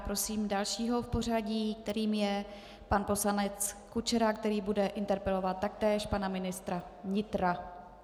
Prosím dalšího v pořadí, kterým je pan poslanec Kučera, který bude interpelovat taktéž pana ministra vnitra.